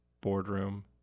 boardroom